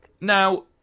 Now